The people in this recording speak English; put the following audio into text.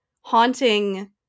haunting